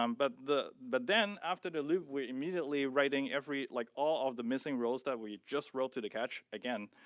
um but but then, after the loop, we're immediately writing every, like, all of the missing roles that we just wrote to the cache, again,